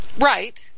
Right